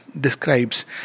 describes